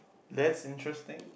that's interesting